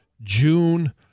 June